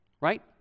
right